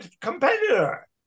competitor